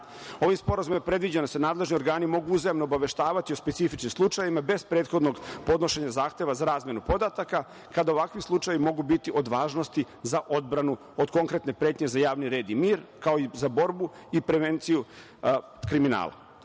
sporazumom je predviđeno da se nadležni organi mogu uzajamno obaveštavati o specifičnim slučajevima, bez prethodnog podnošenja zahteva za razmenu podataka kada ovakvi slučajevi mogu biti od važnosti za odbranu od konkretne pretnje za javni red i mir, kao i za borbu i prevenciju kriminala. Sa